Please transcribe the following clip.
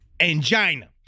Angina